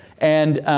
and